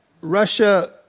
Russia